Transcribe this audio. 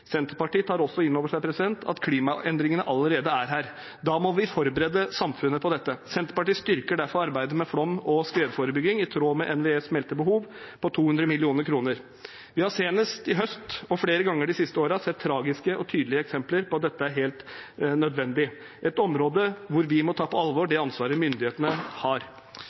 Senterpartiet tar også inn over seg at klimaendringene allerede er her. Da må vi forberede samfunnet på dette. Senterpartiet styrker derfor arbeidet med flom- og skredforebygging i tråd med NVEs meldte behov på 200 mill. kr. Vi har senest i høst og flere ganger de siste årene sett tragiske og tydelige eksempler på at dette er helt nødvendig, et område hvor vi må ta på alvor det ansvaret myndighetene har.